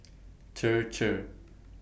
Chir Chir